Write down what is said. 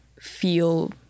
feel